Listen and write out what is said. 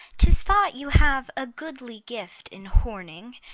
tis thought you have a goodly gift in horning,